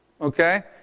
Okay